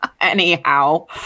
Anyhow